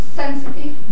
sensitive